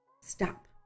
stop